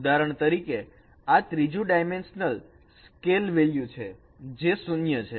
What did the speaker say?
ઉદાહરણ તરીકે આ ત્રીજું ડાયમેન્શન સ્કેલ વેલ્યુ છે જે 0 છે